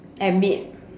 and meet